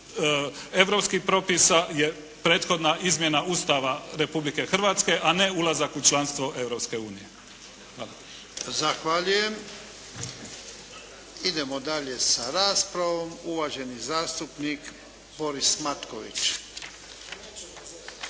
europskih propisa je prethodna izmjena Ustava Republike Hrvatske a ne ulazak u članstvo Europske unije. Hvala. **Jarnjak, Ivan (HDZ)** Zahvaljujem. Idemo dalje sa raspravom. Uvaženi zastupnik Boris Matković.